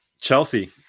Chelsea